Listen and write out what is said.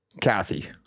Kathy